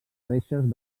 reixes